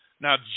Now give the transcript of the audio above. Now